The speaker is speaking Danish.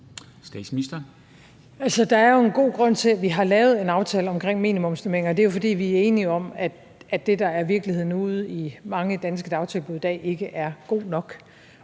Altså, der er jo en god grund til, at vi har lavet en aftale omkring minimumsnormeringer, og det er, fordi vi er enige om, at det, der er virkeligheden ude i mange danske dagtilbud i dag, ikke er godt nok,